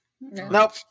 Nope